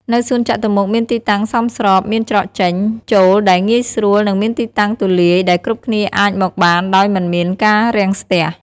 នៅសួនចតុមុខមានទីតាំងសមស្របមានច្រកចេញ ចូលដែលងាយស្រួល និងមានទីតាំងទូលាយ ដែលគ្រប់គ្នាអាចមកបានដោយមិនមានការរាំងស្ទះ។